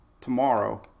tomorrow